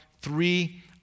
three